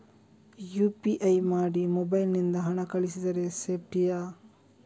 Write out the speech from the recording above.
UPI ಮಾಡಿ mobile ನಿಂದ ಹಣ ಕಳಿಸಿದರೆ ಸೇಪ್ಟಿಯಾ?